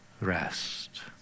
rest